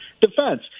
defense